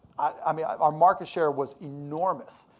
i mean our market share was enormous.